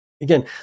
again